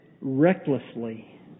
recklessly